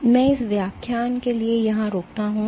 इसलिए मैं इस व्याख्यान के लिए यहां रुकता हूं